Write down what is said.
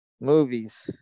movies